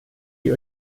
die